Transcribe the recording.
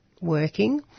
working